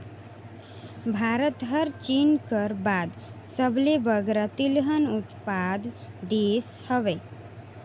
भारत हर चीन कर बाद सबले बगरा तिलहन उत्पादक देस हवे